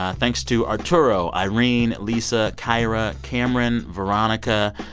ah thanks to arturo, irene, lisa, kyra, cameron, veronica.